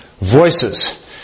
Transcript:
voices